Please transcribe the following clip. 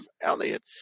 Elliott